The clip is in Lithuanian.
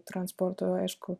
transporto aišku